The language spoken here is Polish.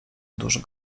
dusz